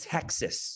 Texas